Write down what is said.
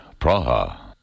Praha